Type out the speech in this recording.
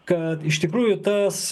kad iš tikrųjų tas